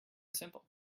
simple